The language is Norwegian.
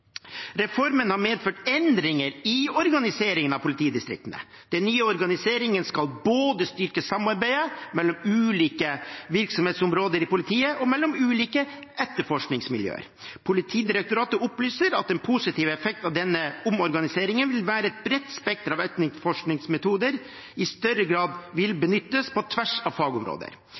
Reformen har medført endringer i organiseringen av politidistriktene. Den nye organiseringen skal styrke samarbeidet både mellom ulike virksomhetsområder i politiet og mellom ulike etterforskningsmiljøer. Politidirektoratet opplyser at den positive effekten av denne omorganiseringen vil være at et bredt spekter av etterforskningsmetoder i større grad vil benyttes på tvers av fagområder,